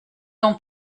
t’en